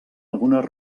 algunes